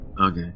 okay